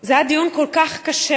זה היה דיון כל כך קשה,